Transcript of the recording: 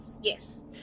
Yes